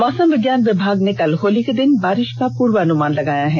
मौसम विज्ञान विभाग ने कल होली के दिन बारिष का पूर्वानुमान लगाया है